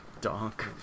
donk